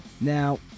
Now